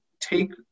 take